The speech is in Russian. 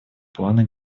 плана